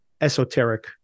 esoteric